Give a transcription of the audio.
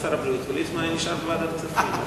שר הבריאות וליצמן היה נשאר בוועדת הכספים...